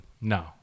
No